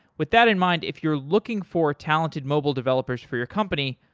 with that in mind, if you're looking for talented mobile developers for your company,